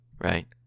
Right